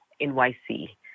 NYC